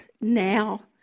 now